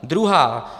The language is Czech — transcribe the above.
Druhá.